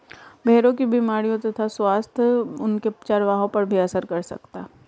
भेड़ों की बीमारियों तथा स्वास्थ्य उनके चरवाहों पर भी असर कर सकता है